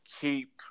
keep